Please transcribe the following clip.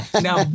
Now